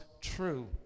true